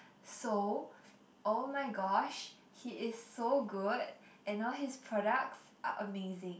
so oh my gosh he is so good and all his products are amazing